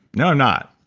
no. i'm not.